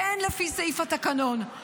כן לפי סעיף התקנון,